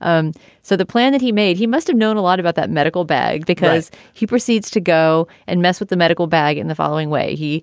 um so the plan that he made, he must have known a lot about that medical bag because he proceeds to go and mess with the medical bag in the following way. he